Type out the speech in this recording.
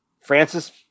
Francis